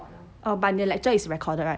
oh but 你的 lecture is recorded right